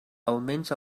almenys